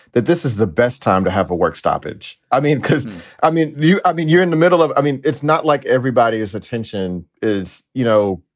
that this is the best time to have a work stoppage. i mean, because i mean you i mean, you're in the middle of i mean, it's not like everybody's attention is, you know,